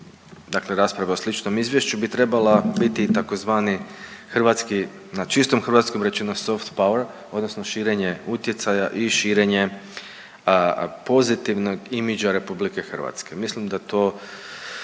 dakle rasprave o sličnom izvješću, bi trebala biti i tzv. Hrvatski na čistom hrvatskom rečeno, soft power odnosno širenje utjecaja i širenje pozitivnog imagea Republike Hrvatske. Mislim da to